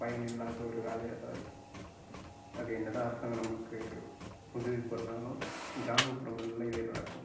பயன் இல்லாத ஒரு வேலையாகதான் இருக்கும் அது என்னதான் அரசாங்கம் நம்மளுக்கு உதவி பண்ணிணாலும் கிராமப்புறங்கள்ல இது நடக்கும்